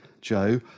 Joe